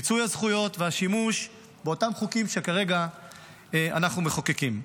מיצוי הזכויות והשימוש באותם חוקים שכרגע אנחנו מחוקקים.